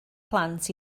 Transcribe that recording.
plant